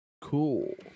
Cool